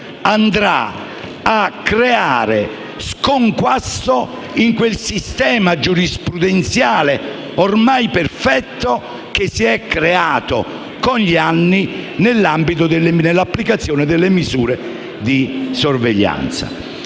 andrà a creare sconquasso in quel sistema giurisprudenziale, ormai perfetto, che si è creato negli anni per effetto dell'applicazione delle misure di sorveglianza.